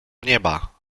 nieba